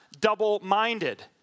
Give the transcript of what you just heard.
double-minded